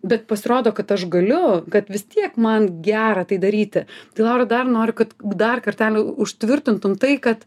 bet pasirodo kad aš galiu kad vis tiek man gera tai daryti tai noriu dar noriu kad dar kartelį užtvirtintum tai kad